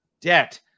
debt